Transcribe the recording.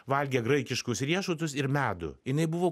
valgė graikiškus riešutus ir medų jinai buvo